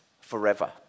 forever